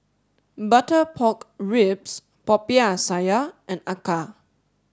butter pork ribs Popiah Sayur and Acar